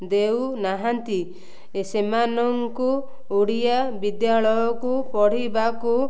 ଦେଉ ନାହାନ୍ତି ସେମାନଙ୍କୁ ଓଡ଼ିଆ ବିଦ୍ୟାଳୟକୁ ପଢ଼ିବାକୁ